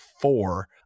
four